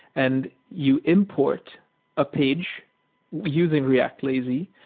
and you import a page using react lazy.